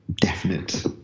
definite